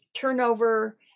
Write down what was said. turnover